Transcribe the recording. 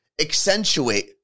Accentuate